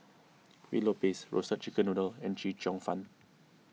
Kueh Lopes Roasted Chicken Noodle and Chee Cheong Fun